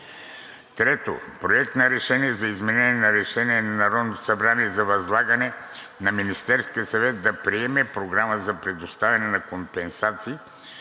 3. Проект на решение за изменение на Решение на Народното събрание за възлагане на Министерския съвет да приеме програма за предоставяне на компенсации